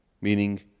meaning